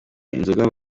inzoga